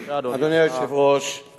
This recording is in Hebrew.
תודה רבה, חבר הכנסת רוברט טיבייב.